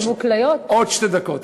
עוד שתי דקות.